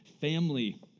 Family